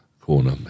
corner